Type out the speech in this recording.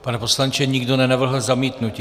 Pane poslanče, nikdo nenavrhl zamítnutí.